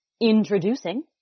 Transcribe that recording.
introducing